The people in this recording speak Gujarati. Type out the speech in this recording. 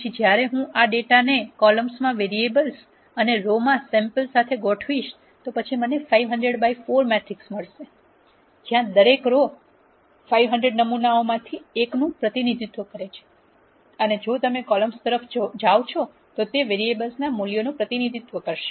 પછી જ્યારે હું આ ડેટાને કોલમ્સ માં વેરીએબલ અને રો માં સેમપ્લ સાથે ગોઠવીશ તો પછી મને 500 by 4 મેટ્રિક્સ મળશે જ્યાં દરેક રો 500 નમૂનાઓમાંથી એકનું પ્રતિનિધિત્વ કરે છે અને જો તમે કોલમ્સ તરફ જાઓ છો તો તે વેરીએબલ ના મૂલ્યો નું પ્રતિનિધિત્વ કરશે